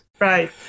Right